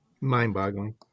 Mind-boggling